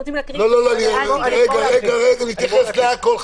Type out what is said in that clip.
נתייחס לכול.